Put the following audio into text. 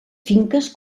finques